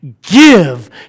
give